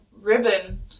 ribbon